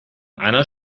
einer